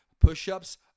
push-ups